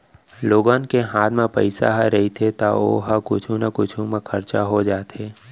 लोगन के हात म पइसा ह रहिथे त ओ ह कुछु न कुछु म खरचा हो जाथे